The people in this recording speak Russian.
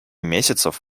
месяцев